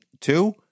two